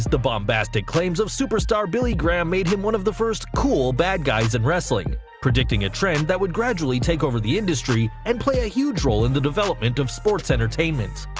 the bombastic claims of superstar billy graham made him one of the first cool bad guys in wrestling predicting a trend that would gradually take over the industry and play a huge role in the development of sports entertainment.